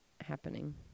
happening